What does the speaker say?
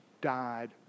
died